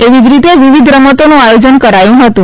એવી જ રીતે વિવિધ રમતોનું આયોજન કરાયું હતું